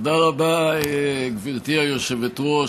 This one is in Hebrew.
תודה רבה, גברתי היושבת-ראש.